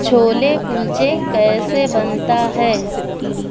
چھولے کلچے کیسے بنتا ہے